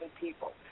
people